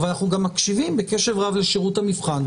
אבל אנחנו גם מקשיבים בקשב רב לשירות המבחן,